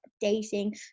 dating